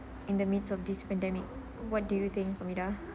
in the midst of this pandemic what do you think farmida